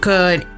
Good